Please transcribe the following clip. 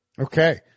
Okay